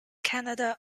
canada